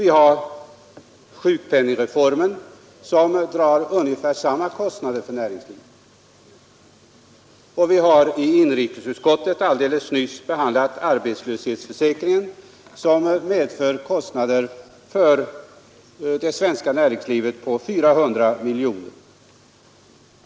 Vi har vidare sjukpenningreformen, som drar ungefär samma kostnader för näringslivet. Och vi har i inrikesutskottet alldeles nyss behandlat arbetslöshetsförsäkringen, som medför kostnader för det svenska näringslivet på 400 miljoner kronor.